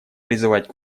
призывать